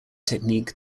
technique